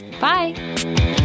Bye